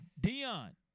Dion